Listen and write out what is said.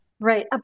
Right